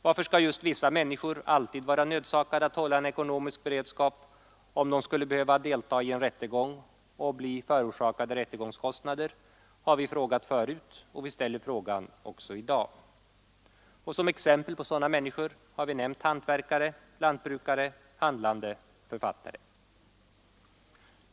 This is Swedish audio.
Varför skall just vissa människor alltid vara nödsakade att hålla en ekonomisk beredskap, om de skulle behöva delta i en rättegång och bli förorsakade rättegångskostnader? Så har vi frågat förut och vi ställer samma fråga också i dag. Som exempel på sådana människor har vi nämnt hantverkare, lantbrukare, handlande och författare.